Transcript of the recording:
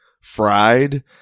fried